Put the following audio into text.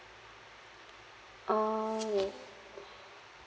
uh whe~